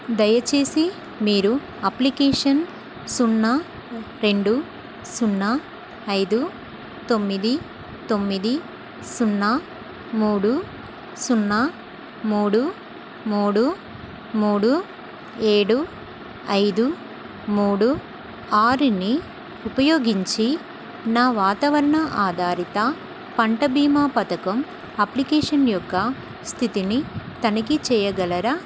దయచేసి మీరు అప్లికేషన్ సున్నా రెండు సున్నా ఐదు తొమ్మిది తొమ్మిది సున్నా మూడు సున్నా మూడు మూడు మూడు ఏడు ఐదు మూడు ఆరుని ఉపయోగించి నా వాతావరణ ఆధారిత పంట భీమా పథకం అప్లికేషన్ యొక్క స్థితిని తనిఖీ చెయ్యగలరా